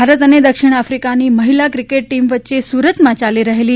ભારત અને દક્ષિણ આફિકાની મહિલા ક્રિકેટ ટીમ વચ્ચે સુરતમાં યાલી રહેલી